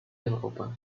европа